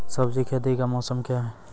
सब्जी खेती का मौसम क्या हैं?